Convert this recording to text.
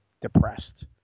depressed